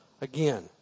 again